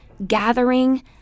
gathering